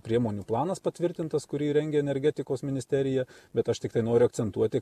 priemonių planas patvirtintas kurį rengia energetikos ministerija bet aš tiktai noriu akcentuoti